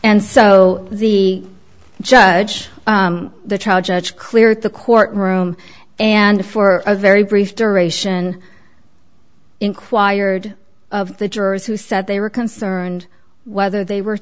and so the judge the trial judge cleared the courtroom and for a very brief duration inquired of the jurors who said they were concerned whether they were